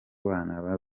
bana